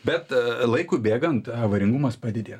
bet laikui bėgant avaringumas padidėtų